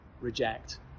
reject